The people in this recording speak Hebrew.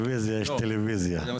הישיבה ננעלה בשעה 13:45.